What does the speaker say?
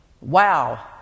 Wow